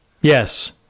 yes